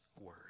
word